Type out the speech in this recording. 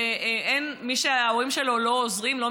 ומי שההורים שלו לא עוזרים לו,